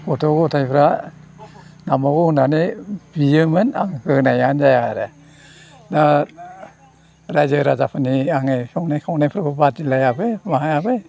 गथ' ग'थाइफ्रा नांबावगौ होननानै बियोमोन आं होनायानो जाया आरो दा रायजो राजाफोरनि आङो संनाय खावनायफोरखौ बादिलायाबो मायाबो